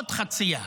עוד חציה.